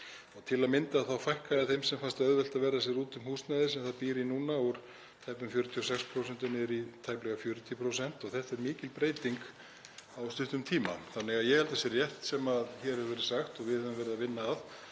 Til að mynda fækkaði þeim sem fannst auðvelt að verða sér út um húsnæði sem það býr í núna úr tæpum 46% niður í tæplega 40% og þetta er mikil breyting á stuttum tíma. Þannig að ég held að það sé rétt sem hér hefur verið sagt og við höfum verið að vinna að,